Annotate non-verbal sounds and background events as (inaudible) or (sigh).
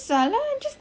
(laughs)